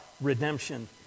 redemption